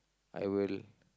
I will